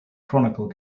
chronicle